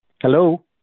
hello